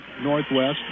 northwest